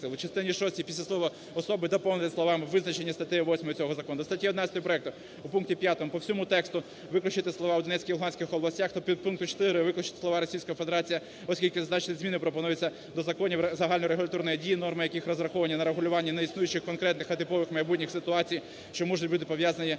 У частині шостій після слова "особи" доповнити словами "визначені статтею 8 цього закону". До статті 11 проекту у пункті 5 по всьому тексту виключити слова "у Донецькій, Луганській областях" та у підпункту 4 виключити слова "Російська Федерація", оскільки зазначені зміни пропонуються до законів загально-регуляторної дії, норми яких розраховані на регулювання не існуючих, конкретних, а типових майбутніх ситуацій, що можуть бути пов'язані